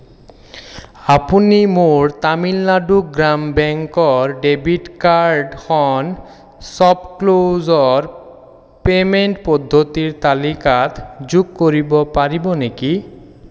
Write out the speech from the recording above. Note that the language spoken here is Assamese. আপুনি মোৰ তামিলনাডু গ্ৰাম বেংকৰ ডেবিট কাৰ্ডখন শ্ব'পক্লুজৰ পে'মেণ্ট পদ্ধতিৰ তালিকাত যোগ কৰিব পাৰিব নেকি